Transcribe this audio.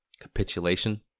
capitulation